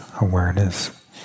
awareness